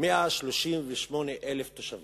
138,000 תושבים.